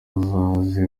azaze